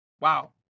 Wow